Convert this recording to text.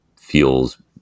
feels